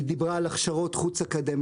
היא דיברה על הכשרות חוץ-אקדמאיות.